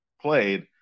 played